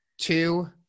two